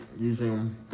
Using